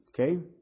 Okay